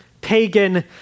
pagan